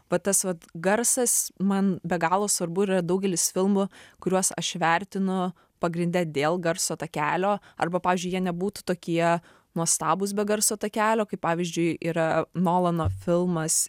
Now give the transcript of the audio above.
va tas vat garsas man be galo svarbu yra daugelis filmų kuriuos aš vertinu pagrinde dėl garso takelio arba pavyzdžiui jie nebūtų tokie nuostabūs be garso takelio kaip pavyzdžiui yra nolano filmas